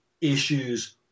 issues